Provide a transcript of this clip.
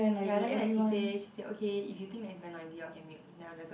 ya then after that she say she say okay if you think that it's very noisy you call can mute then I'm just like